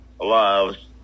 loves